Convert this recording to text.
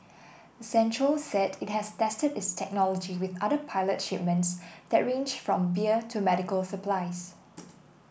accenture said it has tested its technology with other pilot shipments that range from beer to medical supplies